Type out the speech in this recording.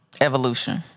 Evolution